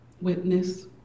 witness